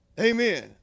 Amen